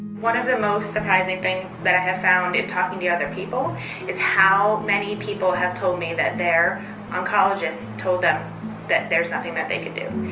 one of the most surprising things that i have found in talking to other people is how many people have told me that their oncologists told them that there's nothing that they do,